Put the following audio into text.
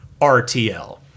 RTL